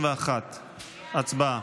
51. הצבעה.